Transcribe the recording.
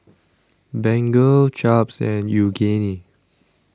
Bengay Chaps and Yoogane